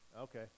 okay